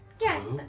Yes